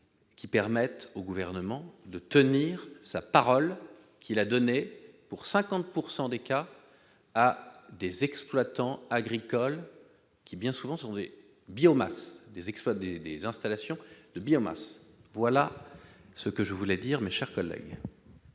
qui permettent au gouvernement de tenir sa parole qu'il a donnée pour 50 pourcent des cas à des exploitants agricoles, qui bien souvent sont biomasse des exploits des installations de biomasse, voilà ce que je voulais dire, mes chers collègues.